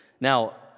Now